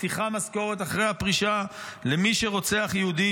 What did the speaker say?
מבטיחה משכורת אחרי הפרישה למי שרוצח יהודים.